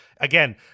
Again